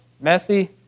messy